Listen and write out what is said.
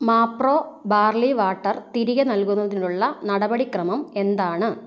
Mapro barley water തിരികെ നൽകുന്നതിനുള്ള നടപടി ക്രമം എന്താണ്